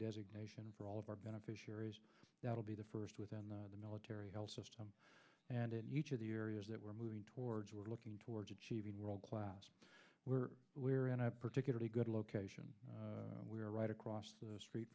designation for all of our beneficiaries that will be the first within the military health system and in each of the areas that we're moving towards we're looking towards achieving world class we're we're in a particularly good location we're right across the street